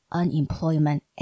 unemployment